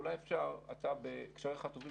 אולי אתה בקשריך הטובים,